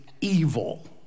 evil